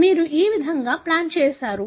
మీరు ఈ విధంగా ప్లాట్ చేస్తారు